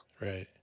Right